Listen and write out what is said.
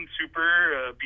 super